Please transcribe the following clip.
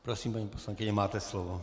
Prosím, paní poslankyně, máte slovo.